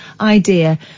idea